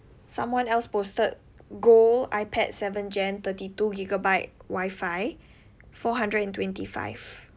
someone else posted gold ipad seven gen thirty two gigabyte wifi four hundred and twenty five